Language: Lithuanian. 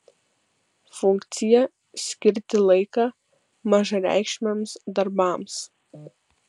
funkcija skirti laiką mažareikšmiams darbams